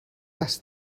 less